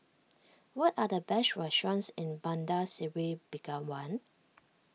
what are the best restaurants in Bandar Seri Begawan